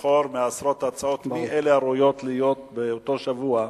לבחור מעשרות הצעות מי הראויות להיות באותו שבוע,